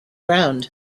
ground